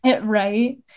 Right